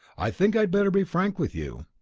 i think i'd better be frank with you.